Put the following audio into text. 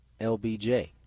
LBJ